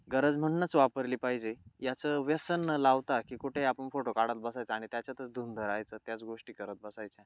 गरज म्हणूनच वापरली पाहिजे याचं व्यसन न लावता की कुठेही आपण फोटो काढत बसायचं आणि त्याच्यातच धुंद रहायचं त्याच गोष्टी करत बसायच्या